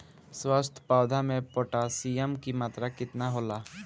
स्वस्थ पौधा मे पोटासियम कि मात्रा कितना होला?